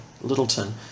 Littleton